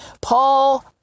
Paul